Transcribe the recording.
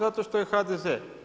Zato što je HDZ.